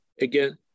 again